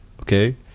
Okay